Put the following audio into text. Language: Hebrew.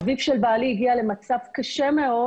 אביו של בעלי הגיע למצב קשה מאוד.